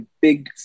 big